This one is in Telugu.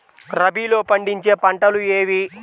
రబీలో పండించే పంటలు ఏవి?